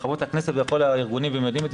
לחברות הכנסת ולכל הארגונים והם יודעים את זה